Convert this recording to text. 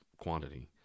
quantity